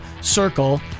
Circle